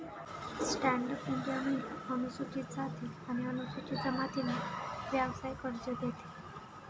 stand up India महिला, अनुसूचित जाती आणि अनुसूचित जमातींना व्यवसाय कर्ज देते